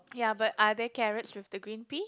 ya but are there carrots with the green pea